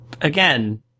Again